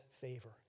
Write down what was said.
favor